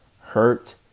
hurt